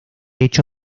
hecho